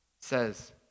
says